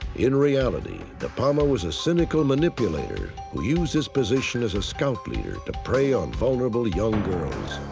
in reality, depalma was a cynical manipulator who used his position as a scout leader to prey on vulnerable young girls.